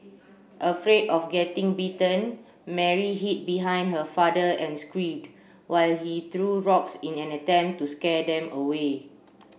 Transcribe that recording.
afraid of getting bitten Mary hid behind her father and screamed while he threw rocks in an attempt to scare them away